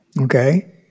Okay